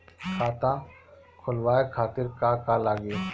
खाता खोलवाए खातिर का का लागी?